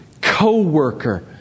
co-worker